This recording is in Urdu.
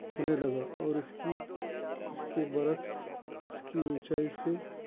ہونے لگا اور اِس کی اِس کے بر عکس اُس کی اونچائی سے